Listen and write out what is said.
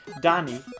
Danny